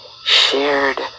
shared